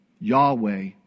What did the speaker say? Yahweh